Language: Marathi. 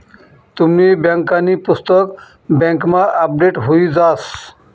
तुमनी बँकांनी पुस्तक बँकमा अपडेट हुई जास